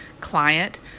client